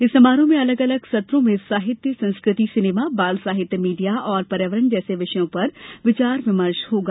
इस समारोह में अलग अलग सत्रों में साहित्य संस्कृति सिनेमा बाल साहित्य मीडिया और पर्यावरण जैसे विषयों पर विचार विमर्श होगा